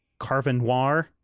Carvenoir